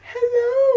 Hello